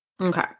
Okay